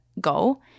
go